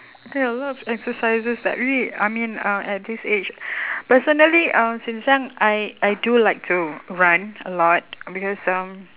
ya a lot of exercises that really I mean uh at this age personally uh since young I I do like to run a lot because um